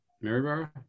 Maryborough